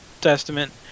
Testament